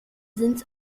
sind